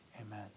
Amen